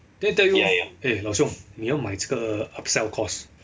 then they tell you eh 老兄你要买这个 upsell course